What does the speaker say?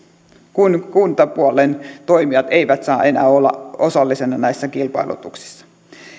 kun kuntapuolen toimijat eivät saa enää olla osallisina näissä kilpailutuksissa